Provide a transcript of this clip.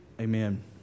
Amen